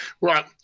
Right